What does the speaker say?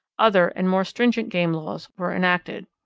other and more stringent game laws were enacted.